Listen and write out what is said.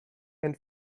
and